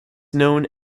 known